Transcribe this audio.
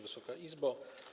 Wysoka Izbo!